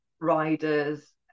riders